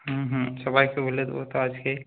হুম হুম সবাইকে বলে দেব তো আজকেই